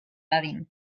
dadin